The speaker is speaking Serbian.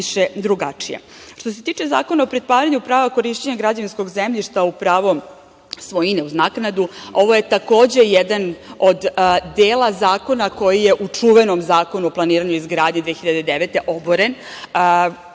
se tiče o Zakona o pripajanju prava korišćenja građevinskog zemljišta u pravo svojine uz naknadu ovo je, takođe, jedan od dela zakona koji je u čuvenom Zakonu o planiranju i izgradnji 2009. godine